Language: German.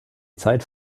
zeit